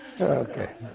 Okay